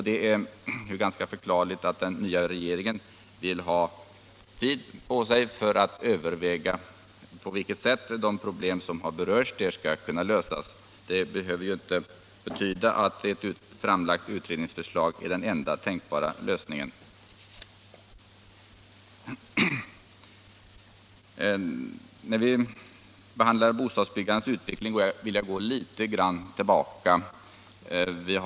Det är förklarligt att den nya regeringen vill ha tid på sig för att överväga på vilket sätt de problem som där berörs skall lösas. De framlagda utredningsförslagen är ju inte de enda tänkbara lösningarna. När det gäller bostadsbyggandets utveckling vill jag gå litet tillbaka i tiden.